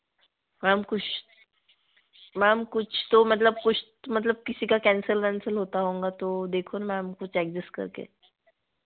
ma'am कुछ ma'am कुछ तो मतलब कुछ तो मतलब किसी का कैंसल वैंसल होता होता होगा तो देखो ना मैम कुछ एडजस्ट करके